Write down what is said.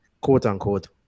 quote-unquote